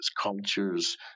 cultures